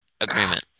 agreement